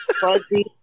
fuzzy